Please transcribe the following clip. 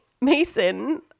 Mason